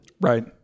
Right